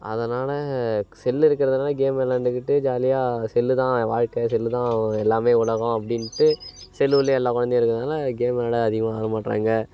அதனால் செல்லு இருக்கிறதுனால கேம் விளாண்டுக்கிட்டு ஜாலியாக செல்லு தான் என் வாழ்க்கை செல்லு தான் எல்லாமே உலகம் அப்படின்ட்டு செல்லு உள்ளே எல்லா குழந்தையும் இருக்கிறதுனால கேம் விளாட அதிகமாக வர மாட்டுறாங்க